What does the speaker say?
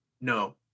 no